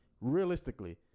realistically